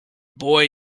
boy